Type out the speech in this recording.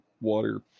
water